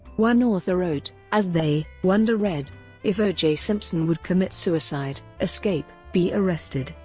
one author wrote, as they wonder ed if o. j. simpson would commit suicide, escape, be arrested,